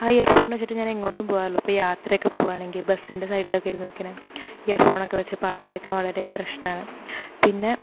ആ earphone വെച്ചിട്ട് ഞാൻ എങ്ങോട്ടും പോകാറുള്ളൂ ഇപ്പോൾ യാത്ര പോകുകയാണെങ്കിൽ ബസ്സിൻ്റെ സൈഡിലൊക്കെ ഇരുന്നൊക്കെ ഇങ്ങനെ ഇയർ ഫോൺ ഒക്കെ വെച്ച് പാട്ട് കേൾക്കാൻ വളരെയേറെ ഇഷ്ടമാണ് പിന്നെ